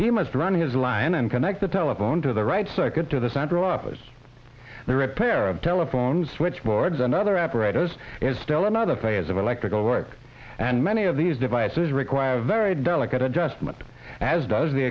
he must run his line and connect the telephone to the right second to the central office the repair of telephone switchboards another apparatus is still not a thing as of electrical work and many of these devices require very delicate adjustment as does the